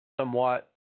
somewhat